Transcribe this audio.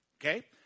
okay